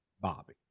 Bobby